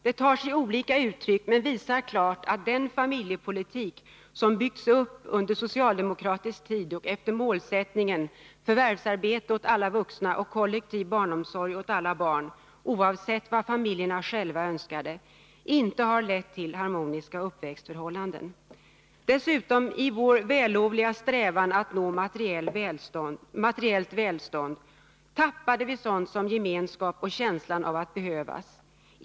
Det tar sig olika uttryck men visar klart att den familjepolitik som byggts upp under socialdemokratisk tid och efter målsättningen förvärvsarbete åt alla vuxna och kollektiv barnomsorg åt alla barn, oavsett vad familjerna själva önskade, inte har lett till harmoniska uppväxtförhållanden. Dessutom, i vår vällovliga strävan att nå materielt välstånd, tappade vi sådant som gemenskap och känslan av att behövas.